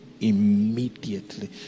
immediately